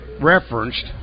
referenced